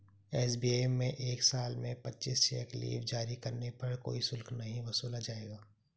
SBI में एक साल में पच्चीस चेक लीव जारी करने पर कोई शुल्क नहीं वसूला जाएगा